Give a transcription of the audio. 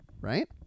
Right